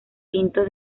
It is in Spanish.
pinto